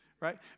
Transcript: right